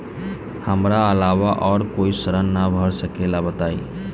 हमरा अलावा और कोई ऋण ना भर सकेला बताई?